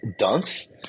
dunks